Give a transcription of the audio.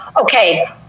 Okay